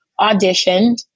Auditioned